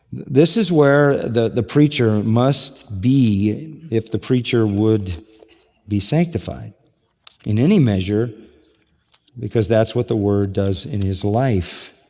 this is where the the preacher must be if the preacher would be sanctified in any measure because that's what the word does in his life.